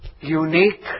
unique